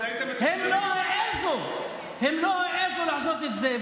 הם לא העזו לעשות את זה,